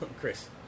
Chris